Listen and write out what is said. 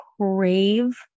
crave